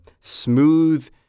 smooth